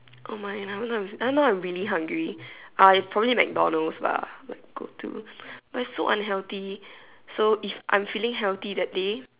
oh my now now now I'm really hungry I probably McDonalds lah my go to but it's so unhealthy so if I am feeling healthy that day